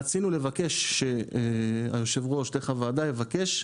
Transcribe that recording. רצינו לבקש שהיושב ראש דרך הוועדה יבקש,